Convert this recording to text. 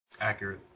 Accurate